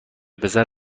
پسر